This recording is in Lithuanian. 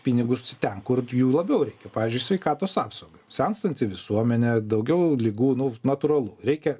pinigus ten kur jų labiau reikia pavyzdžiui sveikatos apsaugai senstanti visuomenė daugiau ligų nors natūralu reikia